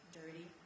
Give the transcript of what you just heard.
dirty